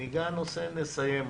נגע בנושא נסיים אותו.